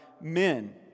men